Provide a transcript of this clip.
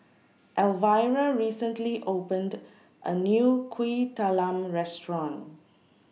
Elvira recently opened A New Kuih Talam Restaurant